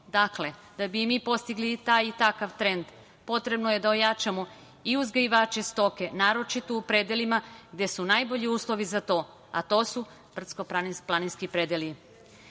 Dakle, da bi i mi postigli taj i takav trend potrebno je da ojačamo i uzgajivače stoke, naročito u predelima gde su najbolji uslovi za to, a to su brdsko-planinski predeli. Ne